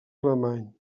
alemany